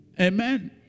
Amen